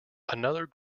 another